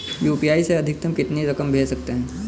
UPI से अधिकतम कितनी रकम भेज सकते हैं?